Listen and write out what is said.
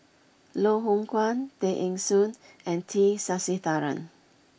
Loh Hoong Kwan Tay Eng Soon and T Sasitharan